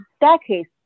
decades